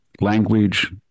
language